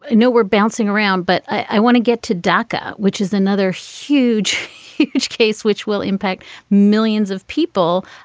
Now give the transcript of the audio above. and no we're bouncing around but i want to get to dhaka which is another huge huge case which will impact millions of people.